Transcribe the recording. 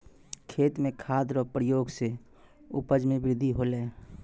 खेत मे खाद रो प्रयोग से उपज मे बृद्धि होलै